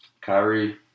Kyrie